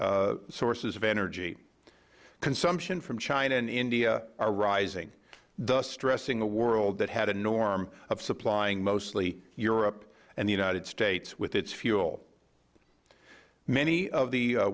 sources of energy consumption from china and india are rising thus stressing a world that had a norm of supplying mostly europe and the united states with its fuel many of the